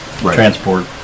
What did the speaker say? transport